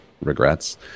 regrets